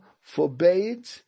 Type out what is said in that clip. forbade